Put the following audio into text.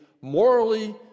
morally